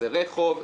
החזרי חוב,